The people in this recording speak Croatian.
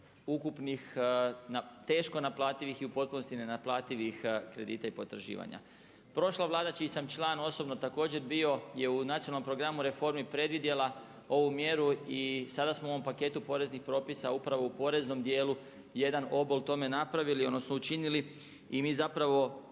teško naplativih i u potpunosti nenaplativih kredita i potraživanja. Prošla vlada čiji sam član osobno također bio je u nacionalnom programu, reformi predvidjela ovu mjeru i sada smo u ovom paketu poreznih propisa upravo u poreznom dijelu jedan obol tome napravili odnosno učinili i mi